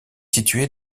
située